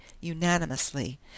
unanimously